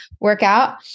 workout